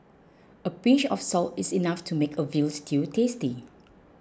a pinch of salt is enough to make a Veal Stew tasty